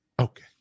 Okay